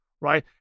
right